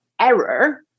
error